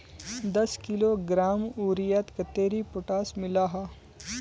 दस किलोग्राम यूरियात कतेरी पोटास मिला हाँ?